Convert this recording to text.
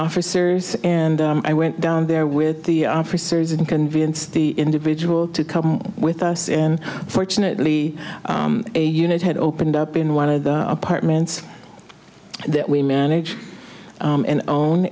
officers and i went down there with the researchers and convinced the individual to come with us and fortunately a unit had opened up in one of the apartments that we manage and own